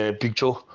picture